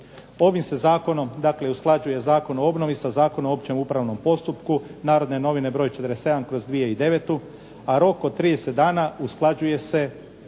Ovim se zakonom usklađuje Zakon o obnovi sa Zakonom o opće upravnom postupku "Narodne novine" broj 47/2009. a rok od 30 dana usklađuje se